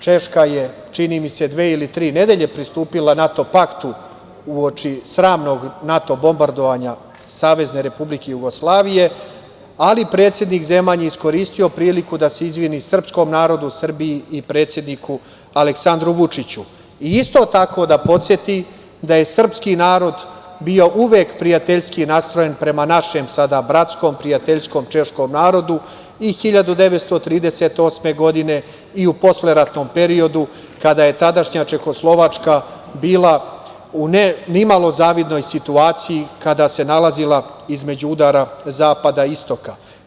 Češka je, čini mi se, dve ili tri nedelje pristupila NATO paktu uoči sramnog NATO bombardovanja Savezne Republike Jugoslavije, ali predsednik Zeman je iskoristio priliku da se izvini srpskom narodu, Srbiji i predsedniku Aleksandru Vučiću, i isto tako da podseti da se srpski narod bio uvek prijateljski nastrojen prema našem sada bratskom, prijateljskom češkom narodu i 1938. godine i u posleratnom periodu, kada je tadašnja Čehoslovačka bila u nimalo zavidnoj situaciji kada se nalazila između udara zapada i istoka.